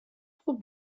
خوب